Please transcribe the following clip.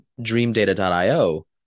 DreamData.io